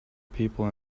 people